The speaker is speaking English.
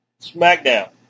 SmackDown